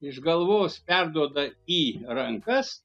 išgalvos perduoda į rankas